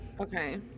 Okay